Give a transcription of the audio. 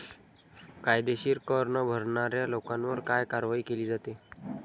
कायदेशीर कर न भरणाऱ्या लोकांवर काय कारवाई केली जाते?